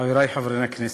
חברי חברי הכנסת,